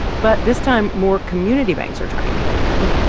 but this time, more community banks are trying to get in.